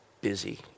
busy